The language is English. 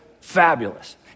fabulous